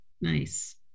Nice